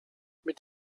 mit